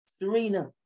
Serena